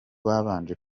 babanje